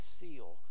seal